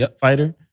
fighter